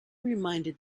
reminded